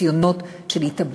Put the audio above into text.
ניסיונות של התאבדות.